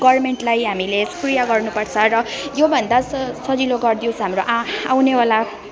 गभर्मेन्टलाई हामीले स्प्रिय गर्नुपर्छ र योभन्दा स सजिलो गरिदियोस् हाम्रो आ आउनेवाला